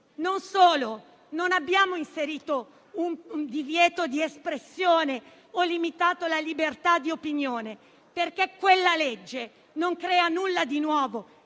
Non solo: non abbiamo inserito un divieto di espressione o limitato la libertà di opinione, perché quella legge non crea nulla di nuovo,